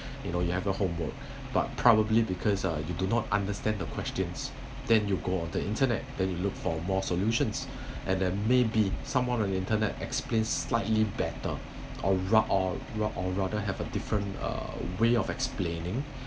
you know you have your homework but probably because uh you do not understand the questions then you go on the internet then you look for more solutions and then may be some on the internet explain slightly better or ra~ or ra~ or rather have a different uh way of explaining